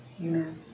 Amen